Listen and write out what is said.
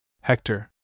Hector